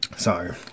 sorry